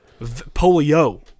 Polio